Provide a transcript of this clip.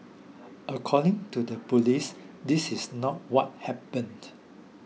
according to the police this is not what happened